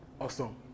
Awesome